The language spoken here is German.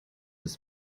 des